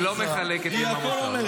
היא לא מחלקת לי מה מותר.